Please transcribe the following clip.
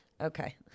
Okay